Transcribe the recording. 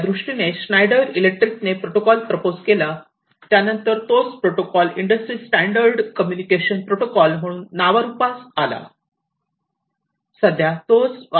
त्यादृष्टीने Schneider Electric ने protocol propose केला त्यानंतर तोच protocol industry standard communication protocol म्हणून नावारूपास आला सध्या तोच वापरला जात आहे